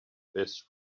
best